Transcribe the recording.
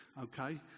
Okay